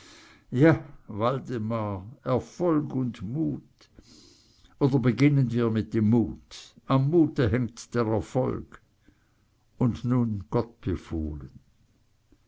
ja waldemar erfolg und mut oder beginnen wir mit dem mut am mute hängt der erfolg und nun gott befohlen